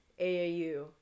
AAU